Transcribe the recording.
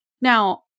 Now